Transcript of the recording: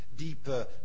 deeper